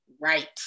Right